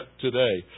today